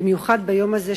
במיוחד ביום הזה,